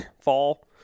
fall